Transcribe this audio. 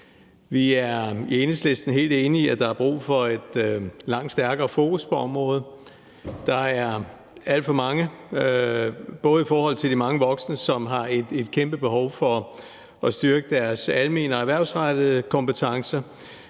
Vi i Enhedslisten er helt enige i, at der er brug for at sætte et langt stærkere fokus på området både i forhold til de mange voksne, som har et kæmpe behov for at styrke deres almene og erhvervsrettede kompetencer,